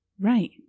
Right